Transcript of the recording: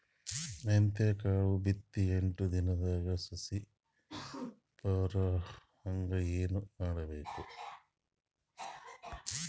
ಮೆಂತ್ಯದ ಕಾಳು ಬಿತ್ತಿ ಎಂಟು ದಿನದಾಗ ಸಸಿ ಬರಹಂಗ ಏನ ಮಾಡಬೇಕು?